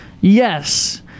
Yes